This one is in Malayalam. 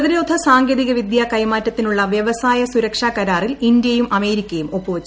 പ്രതിരോധ സാങ്കേതിക വിദ്യ കൈമാറ്റത്തിനുള്ള വൃവസായ പ സുരക്ഷാ കരാറിൽ ഇന്ത്യയും അമേരിക്കയും ഒപ്പു വച്ചു